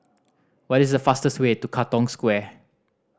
what is the fastest way to Katong Square